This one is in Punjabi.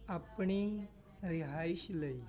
ਆਪਣੀ ਰਿਹਾਇਸ਼ ਲਈ